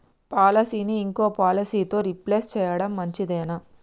పాలసీని ఇంకో పాలసీతో రీప్లేస్ చేయడం మంచిదేనా?